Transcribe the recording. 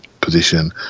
position